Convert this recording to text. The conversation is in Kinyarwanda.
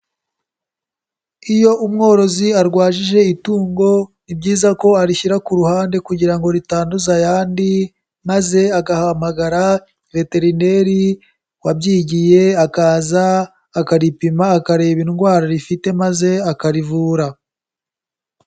Iyo umworozi arwajije itungo, ni byiza ko arishyira ku ruhande kugira ngo ritanduza ayandi, maze agahamagara veterineri wabyigiye akaza, akaripima akareba indwara rifite, maze akarivura.